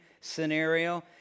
scenario